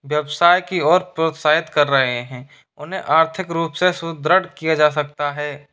व्यवसाय की और प्रोत्साहित कर रहे हैं उन्हें आर्थिक रूप से सुदृढ़ किया जा सकता है